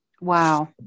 Wow